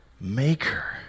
Maker